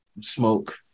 smoke